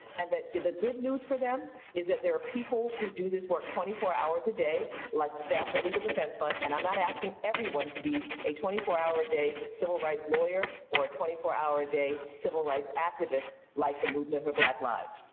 and that the the good news for them is that there are people who do this work twenty four hours a day, like the staff of the legal defense fund, and i'm not asking everyone to be a twenty four hour a day, civil rights lawyer, or a twenty four hour a day, civil rights activists like the movement for black lives.